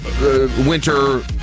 winter